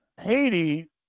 Haiti